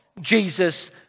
Jesus